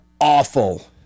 awful